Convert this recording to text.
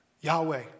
Yahweh